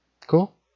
Cool